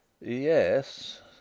Yes